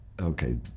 Okay